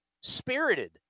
spirited